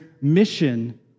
mission